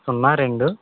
సున్నా రెండు